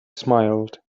smiled